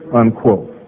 unquote